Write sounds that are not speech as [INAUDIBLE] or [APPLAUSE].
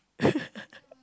[LAUGHS]